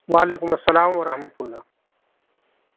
وعلیکم السّلام و رحمتہ اللہ